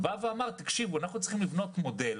הוא אמר: אנחנו צריכים לבנות מודל